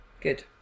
Good